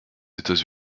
états